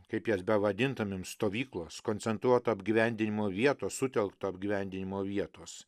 kaip jas bevadintumėm stovyklos koncentruoto apgyvendinimo vietos sutelkto apgyvendinimo vietos